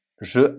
Je